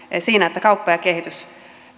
siinä että kauppa ja kehitys